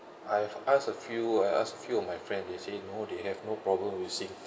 I've asked a few I ask a few of my friends they say no they have no problem with singtel